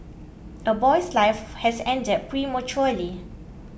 a boy's life has ended prematurely